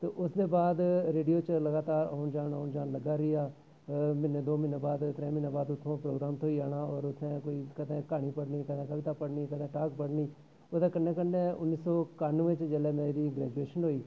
ते ओस दे बाद रेडियो च लगातार औन जान लग्गा रेहा म्हीने दो म्हीने बाद त्रै म्हीने बाद उत्थुआं प्रोग्राम थ्होई जाना होर उत्थें कोई कदें क्हानी पढ़नी कदें कविता पढ़नी कदें टाक पढ़नी ओह्दे कन्नै कन्नै उन्नी सौ कानमै च जेल्लै मेरी ग्रैजुएशन होई